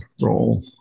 roll